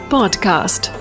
Podcast